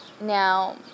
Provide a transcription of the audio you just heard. now